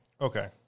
Okay